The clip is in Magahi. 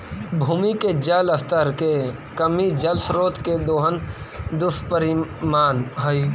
भूमि के जल स्तर के कमी जल स्रोत के दोहन के दुष्परिणाम हई